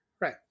right